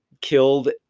killed